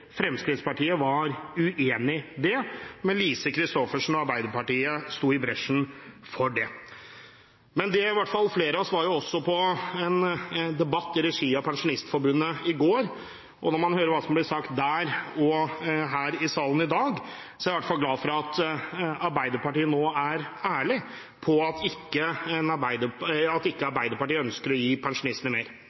Fremskrittspartiet var uenig i det, men Lise Christoffersen og Arbeiderpartiet sto i bresjen for det. Flere av oss var på en debatt i regi i Pensjonistforbundet i går, og da vi hørte hva som ble sagt der, og her i salen i dag, er jeg i hvert fall glad for at Arbeiderpartiet nå er ærlig på at Arbeiderpartiet ikke ønsker å gi pensjonistene mer